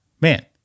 Man